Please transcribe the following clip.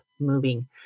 moving